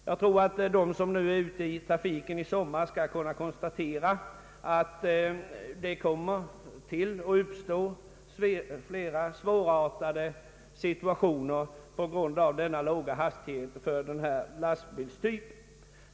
Jag tror att de som är ute i trafiken i sommar skall kunna konstatera att det uppstår flera svårartade situationer på grund av den låga hastigheten för lastbilar av den här typen.